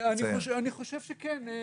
אני חושב שכן.